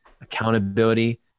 accountability